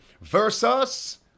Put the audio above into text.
versus